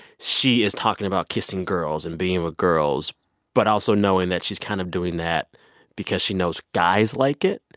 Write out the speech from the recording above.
she is talking about kissing girls and being with girls but also knowing that she's kind of doing that because she knows guys like it.